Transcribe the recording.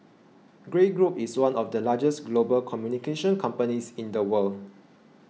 Grey Group is one of the largest global communications companies in the world